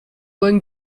going